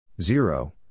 Zero